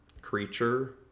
creature